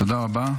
תודה רבה.